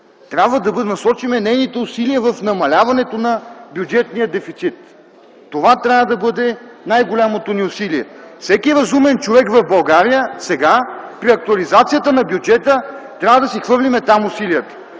трябва да насочим нейните усилия в намаляването на бюджетния дефицит – това трябва да бъде най голямото ни усилие. В България сега при актуализацията на бюджета там трябва да хвърлим усилията